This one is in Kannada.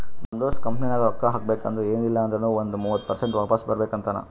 ನಮ್ ದೋಸ್ತ ಕಂಪನಿನಾಗ್ ರೊಕ್ಕಾ ಹಾಕಬೇಕ್ ಅಂದುರ್ ಎನ್ ಇಲ್ಲ ಅಂದೂರ್ನು ಒಂದ್ ಮೂವತ್ತ ಪರ್ಸೆಂಟ್ರೆ ವಾಪಿಸ್ ಬರ್ಬೇಕ ಅಂತಾನ್